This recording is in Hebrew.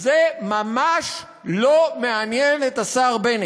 זה ממש לא מעניין את השר בנט.